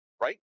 right